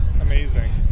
amazing